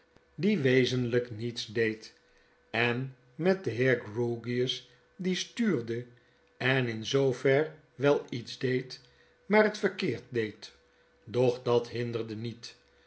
die wezenlyk niets deed en met den heer grewgious die stuurde en in zoover wel iets deed maar het verkeerd deed doch dat hinderde niet